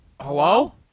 hello